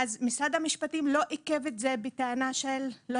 משרד המשפטים לא עיכב את זה בטענה שהוא לא